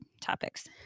topics